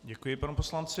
Děkuji panu poslanci.